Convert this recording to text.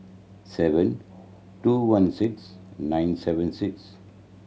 seven two one six nine seven six